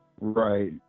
Right